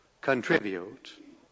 contribute